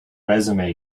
resume